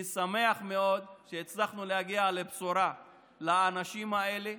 אני שמח מאוד שהצלחנו להביא בשורה לאנשים האלה.